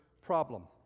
problem